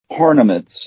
Hornaments